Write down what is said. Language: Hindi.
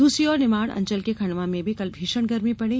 दूसरी ओर निमाड अंचल के खंडवा में भी कल भीषण गर्मी पड़ी